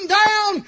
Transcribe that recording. down